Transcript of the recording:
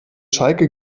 schalke